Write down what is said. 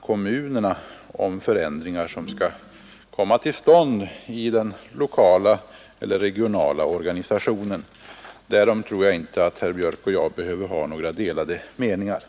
kommunerna om förändringar som skall komma till stånd i den lokala eller regionala organisationen. Därom tror jag inte att herr Björk i Gävle och jag behöver ha några delade meningar.